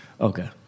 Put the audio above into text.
Okay